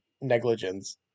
negligence